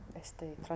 este